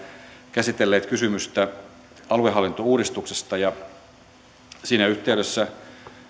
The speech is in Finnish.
käsitelleet kysymystä aluehallintouudistuksesta siinä yhteydessä